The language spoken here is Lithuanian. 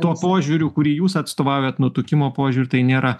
tuo požiūriu kurį jūs atstovaujat nutukimo požiūriu tai nėra